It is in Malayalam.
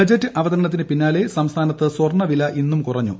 ബജറ്റ് അവതരണത്തിന് പിന്നാലെ സംസ്ഥാനത്ത് സ്വർണ്ണവില ഇന്നും കുറഞ്ഞു